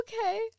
Okay